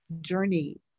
journey